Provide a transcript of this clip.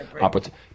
opportunity